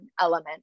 element